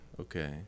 Okay